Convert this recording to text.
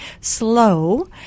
slow